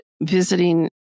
visiting